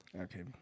Okay